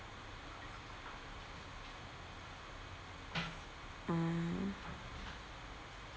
mm